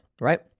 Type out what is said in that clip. right